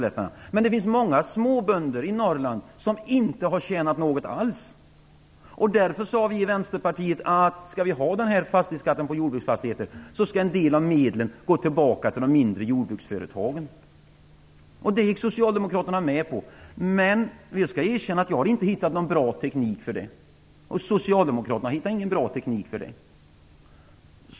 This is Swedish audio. Men det finns många småbönder i Norrland som inte tjänat någonting alls. Därför sade vi i Vänsterpartiet: Skall vi ha den här fastighetsskatten på jordbruksfastigheter skall en del av medlen gå tillbaka till de mindre jordbruksföretagen. Det gick socialdemokraterna med på, men jag måste erkänna att jag inte hittat någon bra teknik för denna återföring, och socialdemokraterna hittade inte heller någon bra teknik.